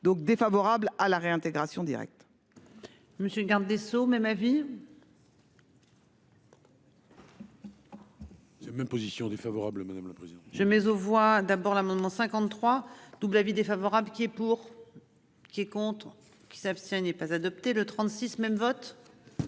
donc défavorable à la réintégration directe. Monsieur le garde des Sceaux même avis. C'est même position défavorable. Madame la présidente. Je mais aux voient d'abord l'amendement 53 double avis défavorable qui est pour. Qui est contre qui s'abstient n'est pas adopté le 36 même vote.